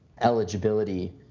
eligibility